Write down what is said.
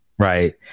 Right